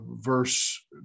verse